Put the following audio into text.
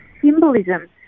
symbolism